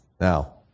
Now